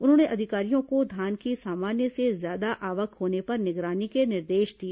उन्होंने अधिकारियों को धान की सामान्य से ज्यादा आवक होने पर निगरानी के निर्देश दिए